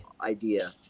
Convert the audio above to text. idea